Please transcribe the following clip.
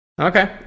Okay